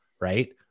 right